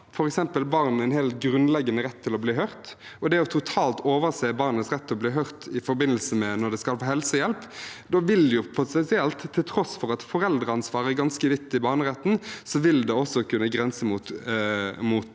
har barn en helt grunnleggende rett til å bli hørt, og det å totalt overse barnets rett til å bli hørt i forbindelse med at de skal få helsehjelp, vil potensielt – til tross for at foreldreansvaret er ganske vidt i barneretten – kunne grense mot